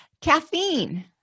Caffeine